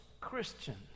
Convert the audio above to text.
Christians